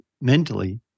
mentally